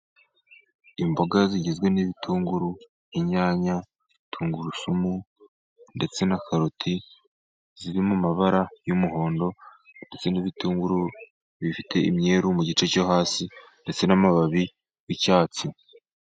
Imboga zigizwe: n'ibitunguru, inyanya , tungurusumu ndetse na karoti . Zirimo amabara y'umuhondo , ndetse n'ibitunguru bifite imyeru mu gice cyo hasi ndetse n'amababi y'icyatsi.